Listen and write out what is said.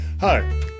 Hi